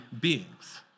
beings